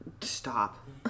Stop